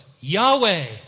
Yahweh